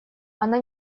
она